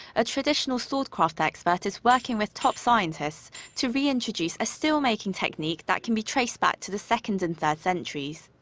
a traditional swordcraft expert is working with top scientists to reintroduce a steelmaking technique that can be traced back to the second and third centuries.